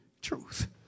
truth